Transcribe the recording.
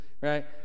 right